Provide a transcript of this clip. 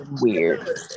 weird